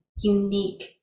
unique